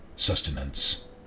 Sustenance